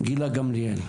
גילה גמליאל,